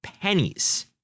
pennies